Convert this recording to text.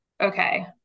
okay